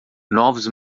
novos